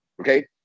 Okay